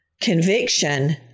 Conviction